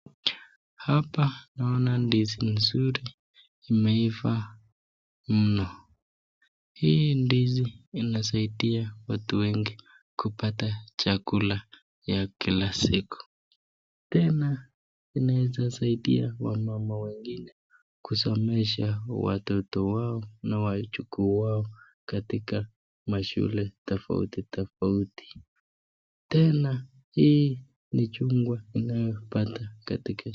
Hapa naona ndizi mzuri imeiva mno. Hii ndizi inasaidia watu wengi kupata chakula ya kila siku. Tena inaeza saidia wamama wengine kusomesha watoto wao na wajukuu wao katika mashule tofauti tofauti. Tena ni hii ni chungwa inayopandwa katika shamba